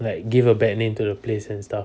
like give a bad name to the place and stuff